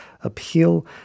appeal